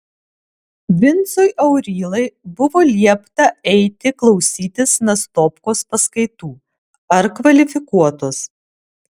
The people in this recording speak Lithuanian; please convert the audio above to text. vincui aurylai buvo liepta eiti klausytis nastopkos paskaitų ar kvalifikuotos